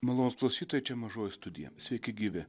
malonūs klausytojai čia mažoji studija sveiki gyvi